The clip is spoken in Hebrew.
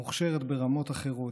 מוכשרת ברמות אחרות,